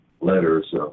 letters